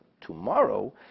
tomorrow